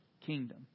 kingdom